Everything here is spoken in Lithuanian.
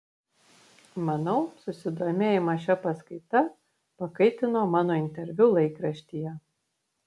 manau susidomėjimą šia paskaita pakaitino mano interviu laikraštyje